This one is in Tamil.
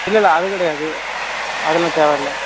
இல்லைல்ல அது கிடையாது அதுலாம் தேவையில்ல